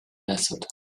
method